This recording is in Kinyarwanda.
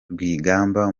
rwigamba